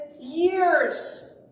years